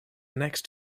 next